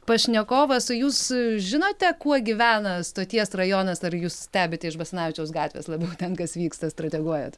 pašnekovas jūs žinote kuo gyvena stoties rajonas ar jūs stebit iš basanavičiaus gatvės labiau ten kas vyksta strateguojat